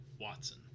Watson